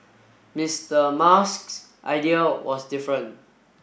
Mister Musk's idea was different